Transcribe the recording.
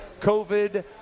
COVID